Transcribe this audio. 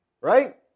right